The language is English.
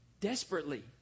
desperately